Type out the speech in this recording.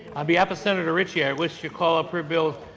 on behalf of senator richie i withish to call up her bill,